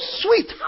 sweet